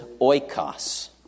oikos